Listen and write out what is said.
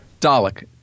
dalek